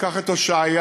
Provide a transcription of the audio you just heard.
ניקח את הושעיה.